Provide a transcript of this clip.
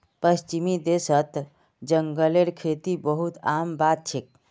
पश्चिमी देशत जंगलेर खेती बहुत आम बात छेक